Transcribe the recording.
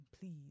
please